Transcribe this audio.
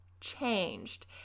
changed